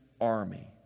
army